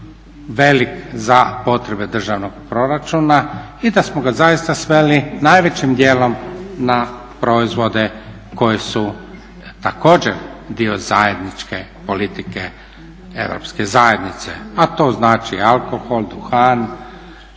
velik za potrebe državnog proračuna i da smo ga zaista sveli najvećim dijelom na proizvode koji su također dio zajedničke politike Europske zajednice, a to znači alkohol, duha,